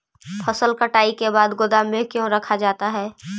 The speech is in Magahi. फसल कटाई के बाद गोदाम में क्यों रखा जाता है?